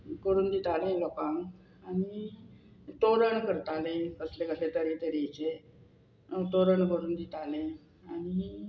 करून दिताले लोकांक आनी तोरण करताले कसले कसले तरे तरेचे तोरण करून दिताले आनी